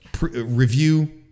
review